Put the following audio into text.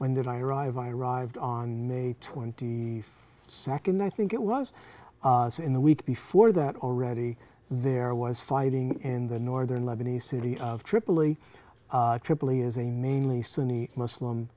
when did i arrive i arrived on may twenty second i think it was in the week before that already there was fighting in the northern lebanese city of tripoli tripoli is a mainly sunni muslim